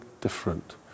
different